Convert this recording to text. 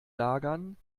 lagern